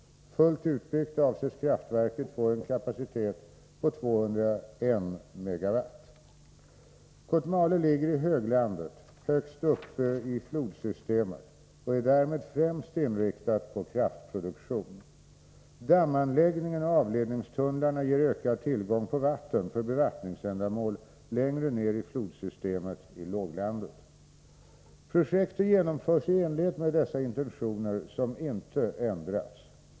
Fullt utbyggt avses kraftverket få en kapacitet på 201 MW. Kotmale ligger i höglandet högst upp i flodsystemet och är därmed främst inriktat på kraftproduktion. Dammanläggningen och avledningstunnlarna ger ökad tillgång på vatten för bevattningsändamål längre ner i flodsystemet i låglandet. Projektet genomförs i enlighet med dessa intentioner, som inte ändrats.